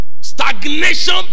Stagnation